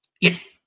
Yes